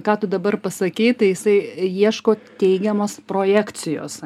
ką tu dabar pasakei tai jisai ieško teigiamos projekcijos